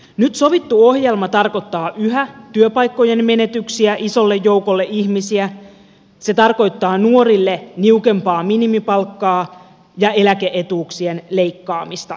nyt sovittu ohjelma tarkoittaa yhä työpaikkojen menetyksiä isolle joukolle ihmisiä se tarkoittaa nuorille niukempaa minimipalkkaa ja eläke etuuksien leikkaamista edelleen